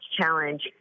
challenge